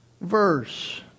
Verse